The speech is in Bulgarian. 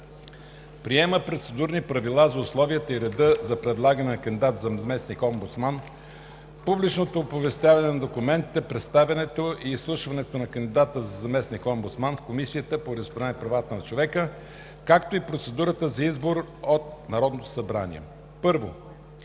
Приема Процедурни правила за условията и реда за предлагане на кандидат за заместник-омбудсман, публичното оповестяване на документите, представянето и изслушването на кандидата за заместник-омбудсман в Комисията по вероизповеданията и правата на човека, както и процедурата за избор от Народното събрание. I.